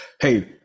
Hey